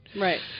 Right